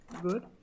good